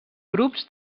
grups